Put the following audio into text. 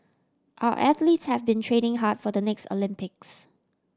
our athletes have been training hard for the next Olympics